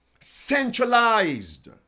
Centralized